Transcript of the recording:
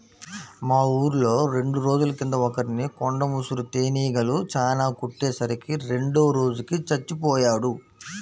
మా ఊర్లో రెండు రోజుల కింద ఒకర్ని కొండ ముసురు తేనీగలు చానా కుట్టే సరికి రెండో రోజుకి చచ్చిపొయ్యాడు